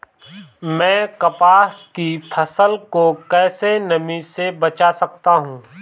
मैं कपास की फसल को कैसे नमी से बचा सकता हूँ?